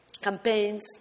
campaigns